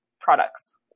products